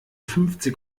fünfzig